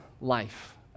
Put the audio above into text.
life